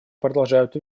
продолжают